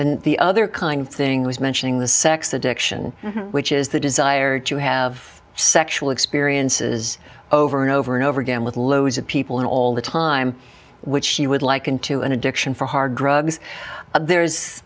and the other kind of thing was mentioning the sex addiction which is the desire to have sexual experiences over and over and over again with loads of people and all the time which she would like into an addiction for hard drugs there